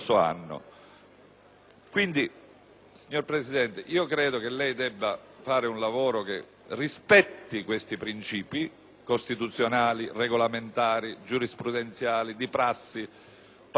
anno. Signor Presidente, io credo che lei debba fare un lavoro che rispetti questi principi costituzionali, regolamentari, giurisprudenziali, di prassi parlamentare,